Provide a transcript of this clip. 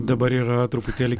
dabar yra truputėlį